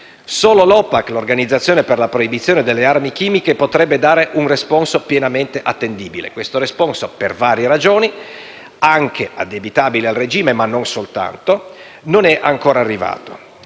Solo l'OPAC, l'Organizzazione per la proibizione delle armi chimiche, potrebbe dare un responso pienamente attendibile. Questo responso, per varie ragioni, anche addebitabili al regime ma non soltanto, non è ancora arrivato.